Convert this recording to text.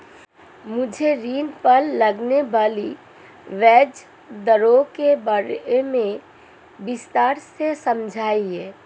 मुझे ऋण पर लगने वाली ब्याज दरों के बारे में विस्तार से समझाएं